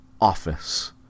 office